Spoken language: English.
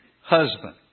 husband